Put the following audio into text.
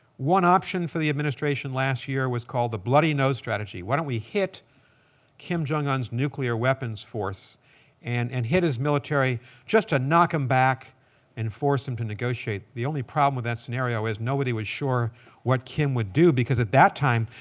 one option for the administration last year was called the bloody nose strategy. why don't we hit kim jong un's nuclear weapons force and and hit his military just to knock him back and force him to negotiate? the only problem with that scenario is nobody was sure what kim would do. because at that time,